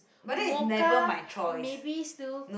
mocha maybe still